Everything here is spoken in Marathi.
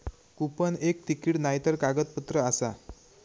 कुपन एक तिकीट नायतर कागदपत्र आसा